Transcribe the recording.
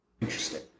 Interesting